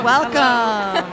Welcome